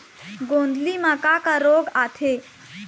गोंदली म का का रोग आथे?